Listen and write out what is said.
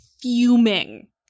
fuming